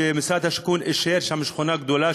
ומשרד השיכון אישר שתהיה שם שכונה גדולה,